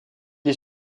est